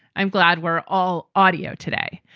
i'm glad we're all audio today.